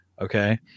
Okay